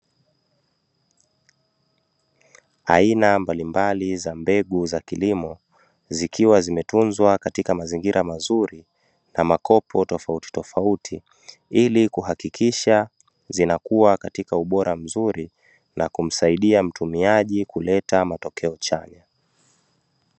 Aina mbalimbali za mbegu za kilimo zikiwa zimetunzwa katika mazingira mazuri, na makopo tofauti tofauti ili kuhakikisha zinakuwa katika ubora mzuri na kumsaidia mtumiaji kuleta matokeo chanya.